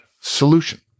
solution